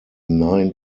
nine